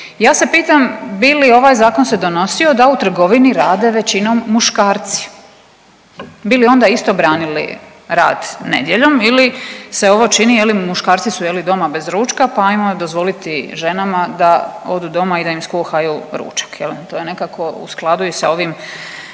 Ja se pitam bi ovaj zakon se donosio da u trgovini rade većino muškarci. Bi li onda isto branili rad nedjeljom ili se ovo čini je li muškarci je li doma bez ručka pa ajmo dozvoliti ženama da odu doma i da im skuhaju ručak je li, to je nekako u skladu i sa ovim